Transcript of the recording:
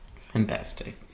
Fantastic